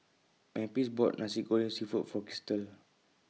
Memphis bought Nasi Goreng Seafood For Krystle